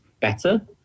better